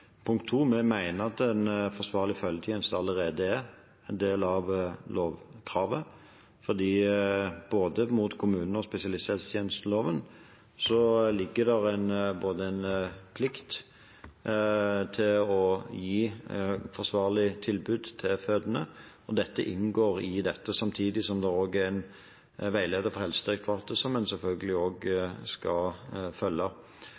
Punkt 2: Vi mener at en forsvarlig følgetjeneste allerede er en del av lovkravet. Både i kommunehelsetjenesteloven og spesialisthelsetjenesteloven ligger det en plikt til å gi et forsvarlig tilbud til fødende. Dette inngår i dette, samtidig som det også er en veileder for Helsedirektoratet, som en selvfølgelig også skal følge.